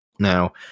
Now